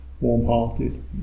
warm-hearted